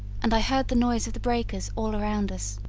and i heard the noise of the breakers all around us.